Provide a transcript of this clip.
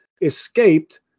escaped